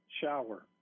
shower